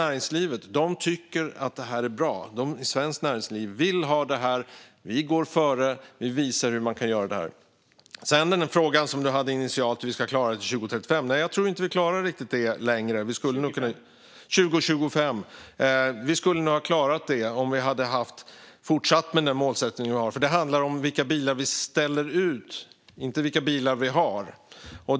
Näringslivet tycker att det här är bra. Svenskt Näringsliv vill ha det här, och de går före och visar hur man kan göra. Det var en fråga initialt om hur vi ska klara det här till 2025. Vi skulle nog ha klarat det om vi hade fortsatt framåt mot målet. Det handlar om vilka bilar vi ställer ut, inte vilka bilar vi har.